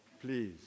please